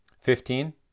Fifteen